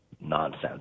nonsense